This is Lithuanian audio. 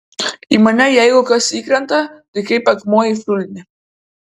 į mane jeigu kas įkrenta tai kaip akmuo į šulinį